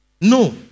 no